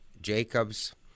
Jacobs